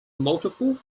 multiple